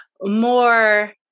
more